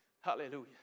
hallelujah